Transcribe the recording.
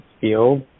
field